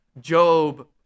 Job